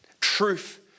Truth